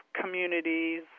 communities